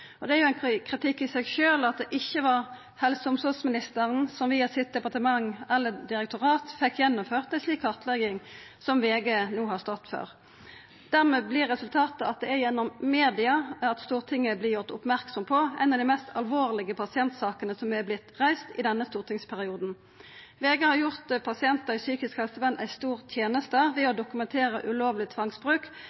og omsorgsministeren som via sitt departement eller sitt direktorat fekk gjennomført ei slik kartlegging som VG no har stått for. Dermed vert resultatet at det er gjennom media at Stortinget vert gjort merksam på ei av dei mest alvorlege pasientsakene som er vorte reist i denne stortingsperioden. VG har gjort pasientar i psykisk helsevern ei stor teneste ved å